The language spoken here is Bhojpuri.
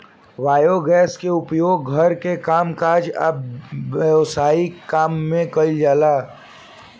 बायोगैस के उपयोग घर के कामकाज आ व्यवसायिक काम में कइल जाला